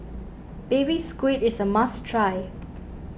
Baby Squid is a must try